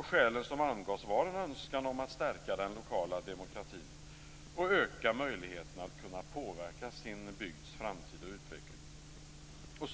Skälen som angavs var en önskan om att stärka den lokala demokratin och öka möjligheterna att påverka sin bygds framtid och utveckling.